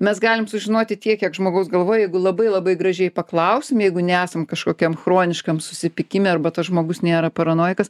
mes galim sužinoti tiek kiek žmogaus galvoj jeigu labai labai gražiai paklausim jeigu nesam kažkokiam chroniškam susipykime arba tas žmogus nėra paranojikas